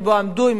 שבו עמדו,